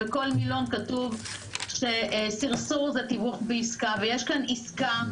בכל מילון כתוב שסרסור זה תיווך בעסקה ויש כאן עסקה,